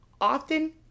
often